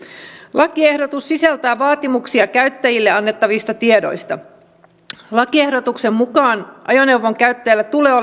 lakiehdotus sisältää vaatimuksia käyttäjille annettavista tiedoista lakiehdotuksen mukaan ajoneuvon käyttäjillä tulee